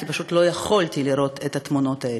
כי פשוט לא יכולתי לראות את התמונות האלה.